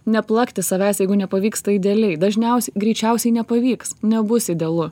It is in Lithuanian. neplakti savęs jeigu nepavyksta idealiai dažniausiai greičiausiai nepavyks nebus idealu